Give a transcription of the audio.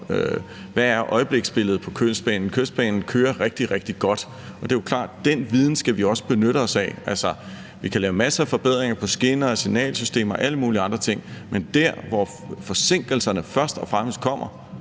hvad øjebliksbilledet på Kystbanen er: Kystbanen kører rigtig, rigtig godt. Det er jo klart, at den viden skal vi også benytte os af. Altså, vi kan lave masser af forbedringer på skinner, signalsystemer og alle mulige andre ting, men der, hvor forsinkelserne først og fremmest kommer